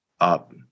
up